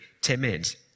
timid